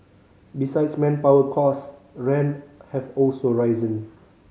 besides manpower costs rents have also risen